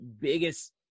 biggest